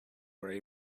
were